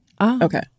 Okay